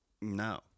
No